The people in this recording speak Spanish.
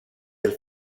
del